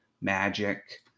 magic